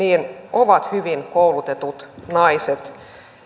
ovat hyvin koulutetut naiset